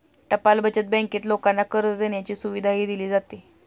टपाल बचत बँकेत लोकांना कर्ज देण्याची सुविधाही दिली जाते